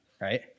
right